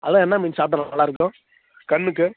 அதுதான் என்ன மீன் சாப்பிட்டா நல்லாயிருக்கும் கண்ணுக்கு